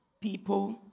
people